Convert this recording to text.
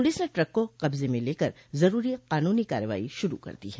police ने truck को कब्जे में लेकर जरूरी कानूनो कार्रवाई शुरू कर दी है